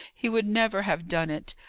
he would never have done it.